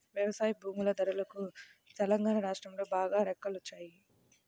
వ్యవసాయ భూముల ధరలకు తెలంగాణా రాష్ట్రంలో బాగా రెక్కలొచ్చాయి